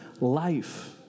life